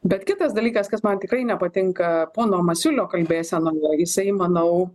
bet kitas dalykas kas man tikrai nepatinka pono masiulio kalbėsenoje jisai manau